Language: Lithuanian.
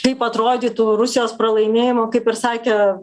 kaip atrodytų rusijos pralaimėjimo kaip ir sakė